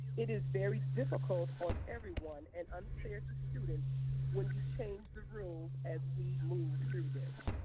it is very difficult on everyone and unfair to students when you change the rules as we move through this.